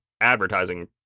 advertising